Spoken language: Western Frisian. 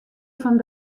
fan